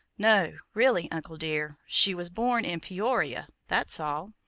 no, really, uncle dear. she was born in peoria that's all.